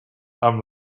amb